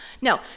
No